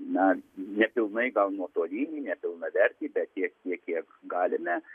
na nepilnai gal nuotolinį nepilnavertį bet tiek kiek galime